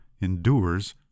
endures